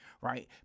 right